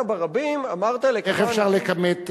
הודעת ברבים, אמרת לכמה אנשים, איך אפשר לכמת?